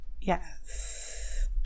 Yes